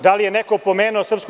Da li je neko spomenuo SNS?